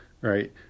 right